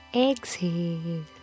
Exhale